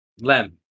Lem